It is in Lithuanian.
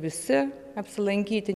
visi apsilankyti